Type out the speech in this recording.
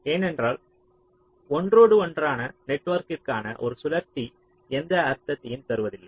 ஏனென்றால் ஒன்றோடு ஒன்றான நெட்வொர்க்கிற்கான ஒரு சுழற்சி எந்த அர்த்தத்தையும் தருவதில்லை